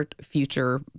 future